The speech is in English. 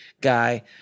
guy